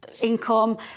income